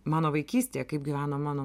mano vaikystėje kaip gyveno mano